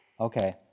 Okay